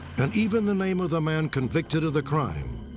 and even the name of the man convicted of the crime,